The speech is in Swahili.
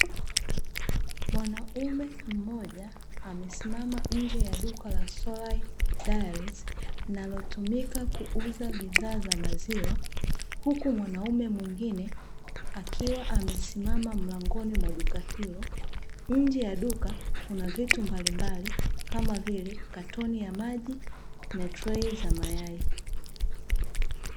Mwanaume mmoja amesimama nje ya duka la Solai Dairies linalotumika kuuza bidhaa za maziwa, huku mwanaume mwingine akiwa amesimama mlangoni mwa duka hilo. Nje ya duka kuna vitu mbalimbali kama vile katoni ya maji na treyi za mayai.